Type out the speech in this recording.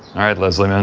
all right, leslie.